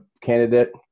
candidate